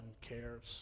cares